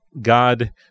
God